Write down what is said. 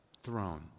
throne